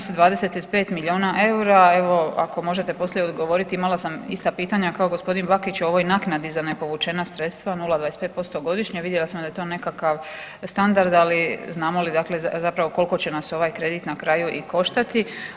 Iznos 25 miliona EUR-a evo ako možete poslije odgovoriti imala sam ista pitanja kao gospodin Bakić ovoj naknadi za ne povučena sredstva 0,25% godišnje, vidjela sam da je to nekakav standard, ali znamo li dakle zapravo koliko će nas ovaj kredit na kraju i koštati.